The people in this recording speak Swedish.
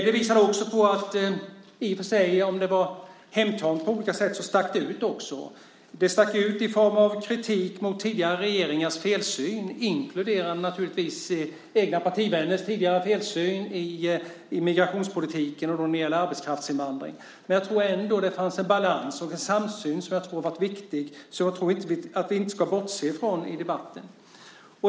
Även om anförandet var hemtamt på olika sätt så stack det ut också. Det stack ut i form av kritik mot tidigare regeringars felsyn, naturligtvis inkluderande egna partivänners tidigare felsyn i migrationspolitiken och när det gäller arbetskraftsinvandring. Men det fanns ändå en balans och en samsyn som jag tror har varit viktig och som jag tror att vi inte ska bortse ifrån i debatten.